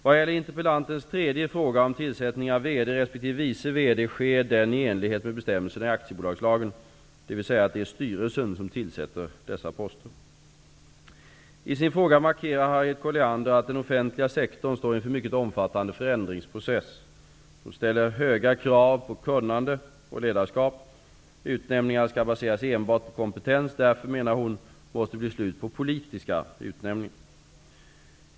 Vad gäller interpellantens tredje fråga, om tillsättning av VD resp. vice VD, sker den i enlighet med bestämmelserna i aktiebolagslagen, dvs. att det är styrelsen som tillsätter dessa poster. I sin fråga markerar Harriet Colliander att den offentliga sektorn står inför en mycket omfattande förändringsprocess som ställer höga krav på kunnande och ledarskap. Utnämningar skall baseras enbart på kompetens. Därför, menar hon, måste det bli slut på politiska utnämningar.